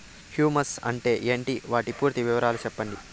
Humus అంటే ఏంటి? వాటి పూర్తి వివరాలు సెప్పండి?